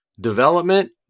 Development